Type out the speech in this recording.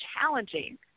challenging